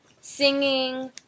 singing